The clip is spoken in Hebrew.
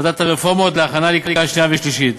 ועדת הרפורמות, להכנה לקריאה שנייה ושלישית.